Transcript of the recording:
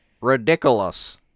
Ridiculous